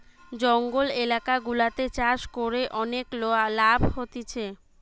জঙ্গল এলাকা গুলাতে চাষ করে অনেক লাভ হতিছে